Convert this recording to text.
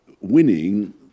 winning